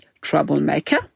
troublemaker